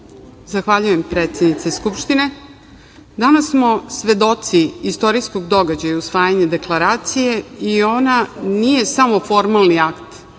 Zahvaljujem, predsednice Skupštine. Danas smo svedoci istorijskog događaja usvajanja deklaracije i ona nije samo formalni akt,